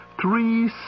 Three